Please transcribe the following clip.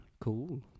Cool